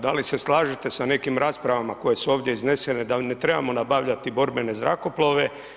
Da li se slažete sa nekim raspravama koje su ovdje iznesene da ne trebamo nabavljati borbene zrakoplove?